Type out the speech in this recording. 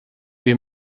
wir